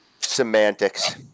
semantics